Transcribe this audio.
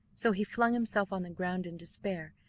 so he flung himself on the ground in despair,